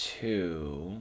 two